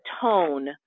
tone